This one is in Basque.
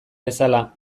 bezala